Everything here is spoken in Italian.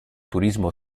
turismo